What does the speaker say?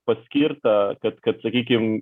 paskirta kad kad sakykim